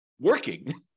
working